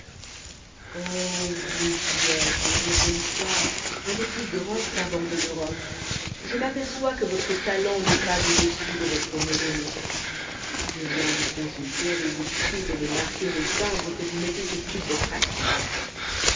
vous qui êtes au dire de l'histoire des plus grands savants de l'europe je m'aperçois que votre talent n'est pas au dessous votre renommée je viens vous consulter et je vous prie de me marquer au timbre que vous mettez sur toutes vos pratiques